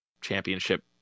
Championship